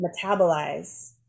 metabolize